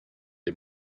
les